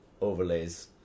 overlays